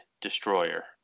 destroyer